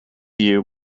you